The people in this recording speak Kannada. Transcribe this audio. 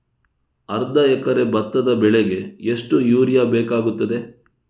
ಅರ್ಧ ಎಕರೆ ಭತ್ತ ಬೆಳೆಗೆ ಎಷ್ಟು ಯೂರಿಯಾ ಬೇಕಾಗುತ್ತದೆ?